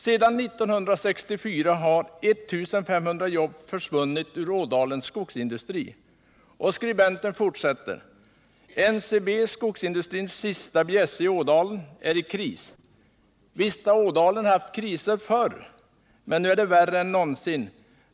Sedan 1964 har 1500 jobb försvunnit ur Ådalens skogsindustri.” Skribenten fortsätter: ”NCB, skogsindustrins sista bjässe i Ådalen, är i kris. Visst har Ådalen haft kriser förr, men nu är det värre än nånsin.